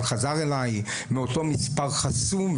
אבל חזר אליי מאותו מספר חסום,